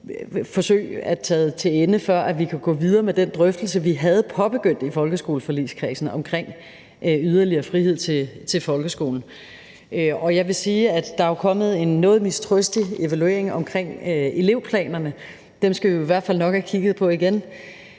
forsøg er nået til ende, før vi kan gå videre med den drøftelse, vi havde påbegyndt i folkeskoleforligskredsen, omkring yderligere frihed til folkeskolen. Jeg vil sige, at der jo er kommet en noget mistrøstig evaluering af elevplanerne. Den skal vi jo i hvert fald nok have kigget på igen.